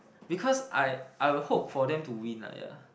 because I I will hope for them to win ah yeah